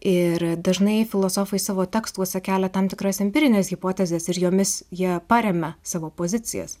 ir dažnai filosofai savo tekstuose kelia tam tikras empirines hipotezes ir jomis jie paremia savo pozicijas